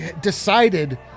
decided